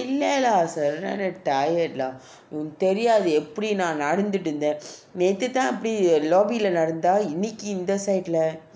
இல்லை:illai lah சரியான:seriyana tired lah உன்னக்கு தெரியாது எப்படி நான் நடந்துட்டு இருந்தேன் நேற்றுதான் அப்படி:unnaku theriyathu eppadi naan nadanthutu irunthaen naetruthaan appadi lobby நடந்த இன்னைக்கு இந்த:inaiku intha side